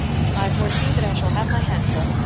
i foresee that i shall have my hands full.